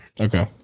Okay